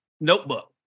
notebook